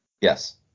yes